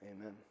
Amen